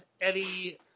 Eddie